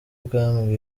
bwami